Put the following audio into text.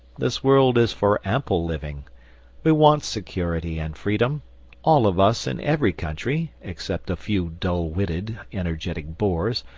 this world is for ample living we want security and freedom all of us in every country, except a few dull-witted, energetic bores,